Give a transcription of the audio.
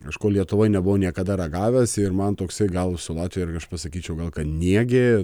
aš kol lietuvoj nebuvau niekada ragavęs ir man toksai gal su latvija ir aš pasakyčiau gal ką niegė